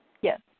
Yes